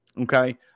Okay